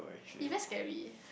even scary